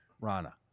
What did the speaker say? Rana